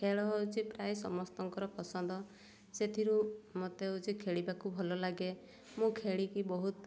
ଖେଳ ହେଉଛି ପ୍ରାୟ ସମସ୍ତଙ୍କର ପସନ୍ଦ ସେଥିରୁ ମୋତେ ହେଉଛି ଖେଳିବାକୁ ଭଲ ଲାଗେ ମୁଁ ଖେଳିକି ବହୁତ